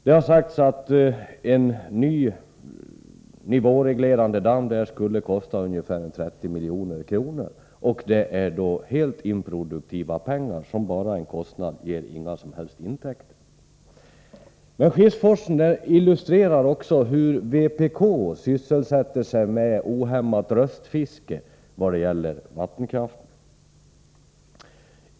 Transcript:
Det har sagts att en ny nivåreglerande damm skulle kosta omkring 30 milj.kr., men detta är helt improduktiva pengar som inte ger några som helst intäkter. Skifsforsfrågan illustrerar också vpk:s ohämmade röstfiske i vad gäller vattenkraften.